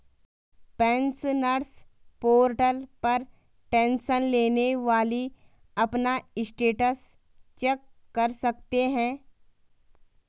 pensioners portal पर tension लेने वाली अपना स्टेटस चेक कर सकते हैं